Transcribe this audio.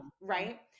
Right